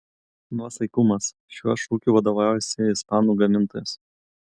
nuosaikumas šiuo šūkiu vadovaujasi ispanų gamintojas